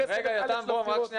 אחרי --- זה